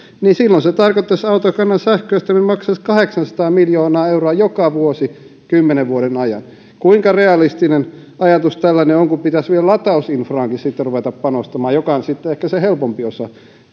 ostavat se tarkoittaisi että autokannan sähköistäminen maksaisi kahdeksansataa miljoonaa euroa joka vuosi kymmenen vuoden ajan kuinka realistinen ajatus tällainen on kun pitäisi vielä latausinfraankin sitten ruveta panostamaan mikä on sitten ehkä se helpompi osa